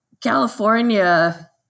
California